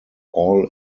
all